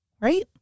right